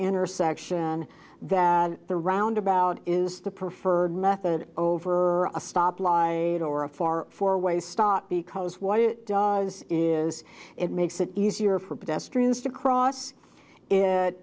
intersection that the roundabout is the preferred method over a stop live aid or a far four way stop because what it does is it makes it easier for pedestrians to cross it